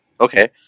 okay